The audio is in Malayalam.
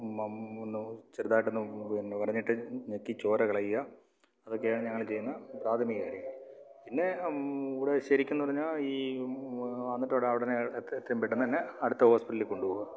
ഒന്ന് ചെറുതായിട്ട് ഒന്ന് വരഞ്ഞിട്ട് ഞെക്കി ചോര കളയുക അതൊക്കെയാണ് ഞങ്ങൾ ചെയ്യുന്ന പ്രാഥമിക കാര്യങ്ങൾ പിന്നെ ഇവിടെ ശരിക്കും എന്ന് പറഞ്ഞാൽ ഈ വന്നിട്ട് ഉട ഉടനെ എത്രയും പെട്ടെന്ന് തന്നെ അടുത്ത ഹോസ്പിറ്റലിൽ കൊണ്ടുപോവുക